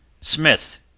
smith